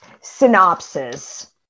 synopsis